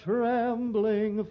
trembling